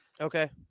Okay